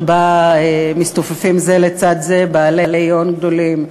שבה מסתופפים זה לצד זה בעלי הון גדולים,